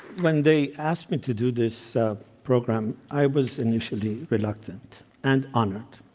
when they asked me to do this program, i was initially reluctant and honored.